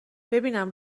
ببینم